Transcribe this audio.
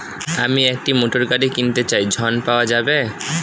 আমি একটি মোটরগাড়ি কিনতে চাই ঝণ পাওয়া যাবে?